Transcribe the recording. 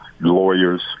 lawyers